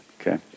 okay